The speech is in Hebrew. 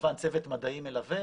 כמובן צוות מדעי מלווה